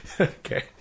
okay